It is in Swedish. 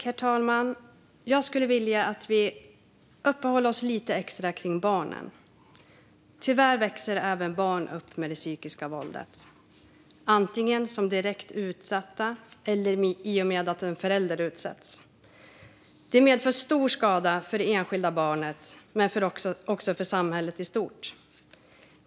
Herr talman! Jag skulle vilja att vi uppehåller oss lite extra vid barnen. Tyvärr växer barn upp med psykiskt våld, antingen som direkt utsatta eller i och med att en förälder utsätts. Det medför stor skada för det enskilda barnet men också för samhället i stort.